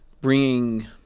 bringing